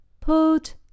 Put